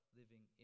living